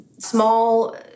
Small